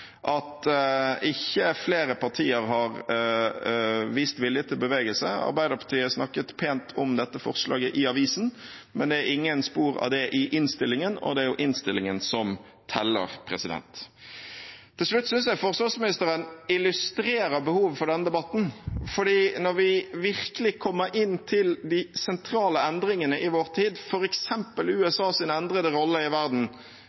at ikke flere partier har vist vilje til bevegelse. Arbeiderpartiet snakket pent om dette forslaget i avisen, men det er ingen spor av det i innstillingen, og det er jo innstillingen som teller. Til slutt: Jeg synes forsvarsministeren illustrerer behovet for denne debatten. For når vi virkelig kommer inn til de sentrale endringene i vår tid, f.eks. USAs endrede rolle i verden